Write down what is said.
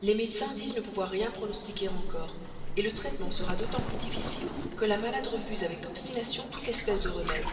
les médecins disent ne pouvoir rien pronostiquer encore le traitement sera d'autant plus difficile que la malade refuse avec obstination toute espèce de remèdes